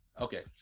Okay